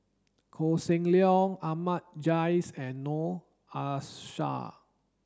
Koh Seng Leong Ahmad Jais and Noor Aishah